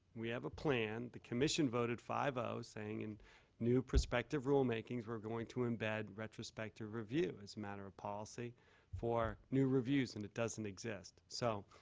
we have a plan, the commission voted five o saying in new perspective rulemakings we're going to embed retrospect or review as a manner of policy for new reviews and it doesn't exist. so,